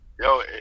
Yo